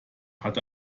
hat